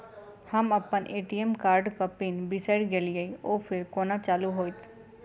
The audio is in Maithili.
हम अप्पन ए.टी.एम कार्डक पिन बिसैर गेलियै ओ फेर कोना चालु होइत?